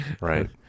right